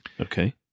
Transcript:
Okay